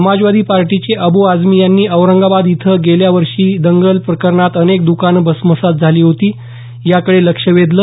समाजवादी पार्टीचे अबू आझमी यांनी औरंगाबाद इथं गेल्या वर्षी झालेल्या दंगल प्रकरणात अनेक द्कानं भस्मसात झाली होती या कडे लक्ष वेधलं